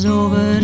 over